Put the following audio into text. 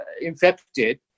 infected